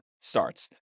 starts